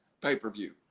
pay-per-view